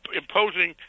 imposing